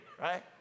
right